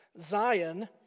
Zion